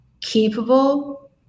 capable